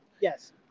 yes